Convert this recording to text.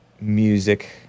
music